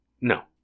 No